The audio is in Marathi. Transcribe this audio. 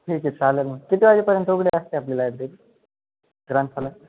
ठीक आहे चालेल मग किती वाजेपर्यंत उघडे असते आपली लायब्ररी ग्रंथालय